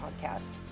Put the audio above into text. podcast